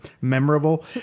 memorable